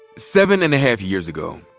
seven-and-a-half years ago,